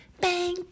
Bang